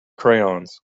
crayons